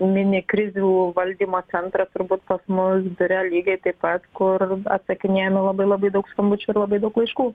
mini krizių valdymo centrą turbūt pas mus biure lygiai taip pat kur atsakinėjam į labai labai daug skambučių ir labai daug laiškų